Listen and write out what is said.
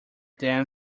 dam